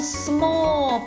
small